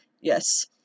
Yes